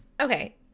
Okay